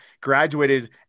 graduated